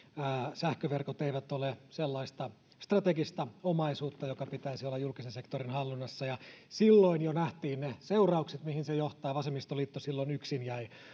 sähköverkot eivät ole sellaista strategista omaisuutta jonka pitäisi olla julkisen sektorin hallinnassa silloin jo nähtiin ne seuraukset mihin se johtaa ja vasemmistoliitto silloin yksin jäi